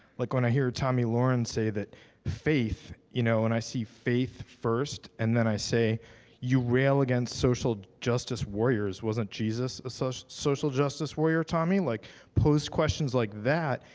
like when i hear tommy lawrence say that faith, you know when i see faith first, and then i say you rail against social justice warriors, wasn't jesus a social justice warrior tommy? like pose questions like that,